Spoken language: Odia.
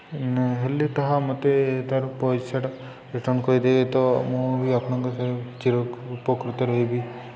ନହେଲେ ତାହା ମୋତେ ତା'ର ପଇସାଟା ରିଟର୍ଣ୍ଣ୍ କରିଦେବେ ତ ମୁଁ ବି ଆପଣଙ୍କ ପାଖେ ଚିରୋପକୃତ ରହିବି